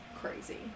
crazy